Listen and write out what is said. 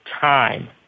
time